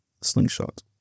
slingshot